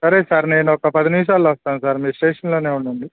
సరే సార్ నేను ఒక పది నిమిషాల్లో వస్తా సార్ మీరు స్టేషన్లోనే ఉండండి